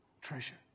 treasure